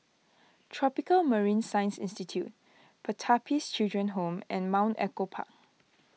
Tropical Marine Science Institute Pertapis Children Home and Mount Echo Park